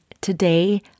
today